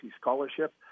scholarship